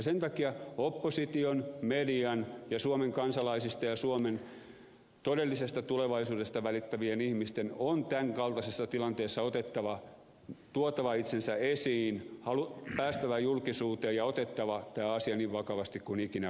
sen takia opposition median ja suomen kansalaisista ja suomen todellisesta tulevaisuudesta välittävien ihmisten on tämän kaltaisessa tilanteessa tuotava itsensä esiin päästävä julkisuuteen ja otettava tämä asia niin vakavasti kuin ikinä voi